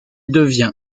devient